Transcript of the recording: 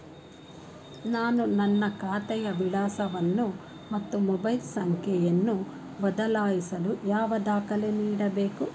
ನಾನು ನನ್ನ ಖಾತೆಯ ವಿಳಾಸವನ್ನು ಮತ್ತು ಮೊಬೈಲ್ ಸಂಖ್ಯೆಯನ್ನು ಬದಲಾಯಿಸಲು ಯಾವ ದಾಖಲೆ ನೀಡಬೇಕು?